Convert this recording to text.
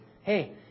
Hey